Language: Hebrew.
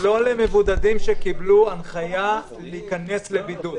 זה לא למבודדים שקיבלו הנחיה להיכנס לבידוד.